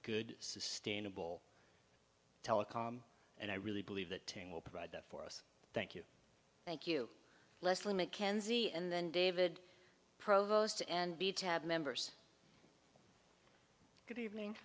good sustainable telecom and i really believe that team will provide that for us thank you thank you lesley mckenzie and then david provost and b to have members good evening